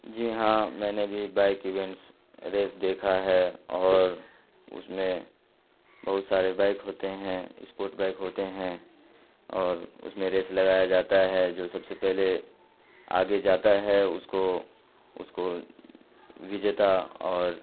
جی ہاں میں نے بھی بائیک ایوینٹس ریس دیکھا ہے اور اس میں بہت سارے بائک ہوتے ہیں اسپوٹ بائک ہوتے ہیں اور اس میں ریس لگایا جاتا ہے جو سب سے پہلے آگے جاتا ہے اس کو اس کو وجیتا اور